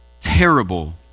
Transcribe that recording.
terrible